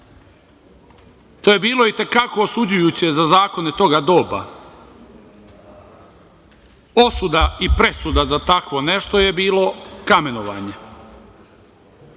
to je bilo i te kako osuđujuće za zakone toga doba. Osuda i presuda za tako nešto je bilo kamenovanje.